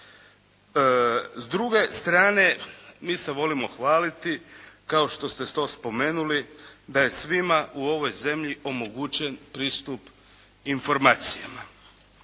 S druge strane mi se volimo hvaliti kao što ste to spomenuli da je svima u ovoj zemlji omogućen pristup informacijama.